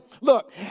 look